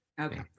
Okay